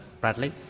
Bradley